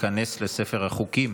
ותיכנס לספר החוקים.